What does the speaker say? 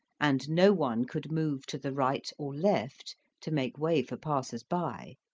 and no one could move to the right or left to make way for passers by,